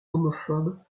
homophobe